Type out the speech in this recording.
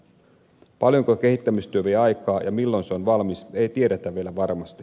sitä paljonko kehittämistyö vie aikaa ja milloin se on valmis ei tiedetä vielä varmasti